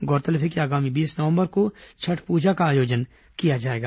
गौरतलब है कि आगामी बीस नवंबर को छठ पूजा का आयोजन किया जाएगा